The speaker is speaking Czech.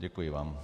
Děkuji vám.